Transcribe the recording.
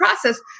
process